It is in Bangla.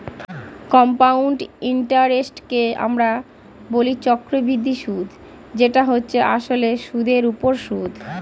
কম্পাউন্ড ইন্টারেস্টকে আমরা বলি চক্রবৃদ্ধি সুদ যেটা হচ্ছে আসলে সুদের উপর সুদ